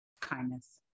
Kindness